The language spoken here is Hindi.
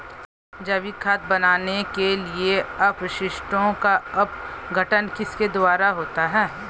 जैविक खाद बनाने के लिए अपशिष्टों का अपघटन किसके द्वारा होता है?